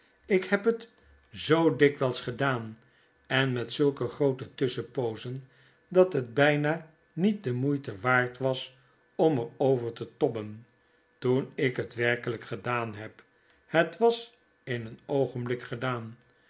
ik heb het al j mm het wordt licht zoo dikwyls gedaan en met zulke groote tusschenpozen dat het byna niet de moeite waard was om er over te tobben toen ik hetwerkelyk gedaan heb het was in een oogenblik gein